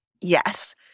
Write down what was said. Yes